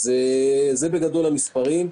אלה המספרים בגדול.